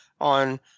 on